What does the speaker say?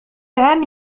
العام